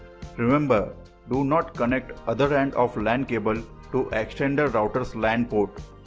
remember do not connect other end of lan cable to extender routers lan port.